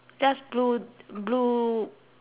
blue blue